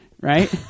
right